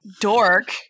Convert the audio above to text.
dork